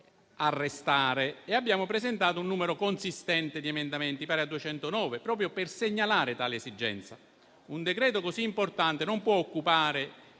a restare e abbiamo presentato un numero consistente di emendamenti pari a 209, proprio per segnalare tale esigenza. Un decreto così importante non può occupare